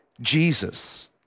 Jesus